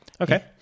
Okay